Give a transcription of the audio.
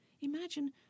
Imagine